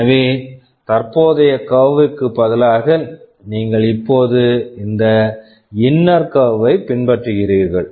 எனவே தற்போதைய கர்வ்க்கு curve பதிலாக நீங்கள் இப்போது இந்த இன்னர் கர்வ்வை inner curve ஐ பின்பற்றுகிறீர்கள்